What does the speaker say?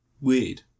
weird